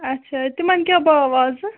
اَچھا تِمَن کیٛاہ بھاو اَزٕ